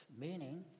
meaning